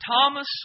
Thomas